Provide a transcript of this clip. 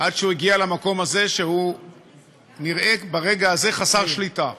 עד שהוא הגיע למקום הזה שנראה ברגע הזה חסר שליטה.